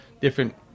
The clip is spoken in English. different